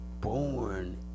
born